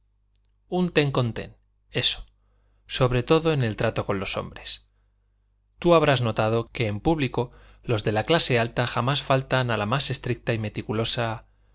con ten eso sobre todo en el trato con los hombres tú habrás notado que en público los de la clase jamás faltan a la más estricta y meticulosa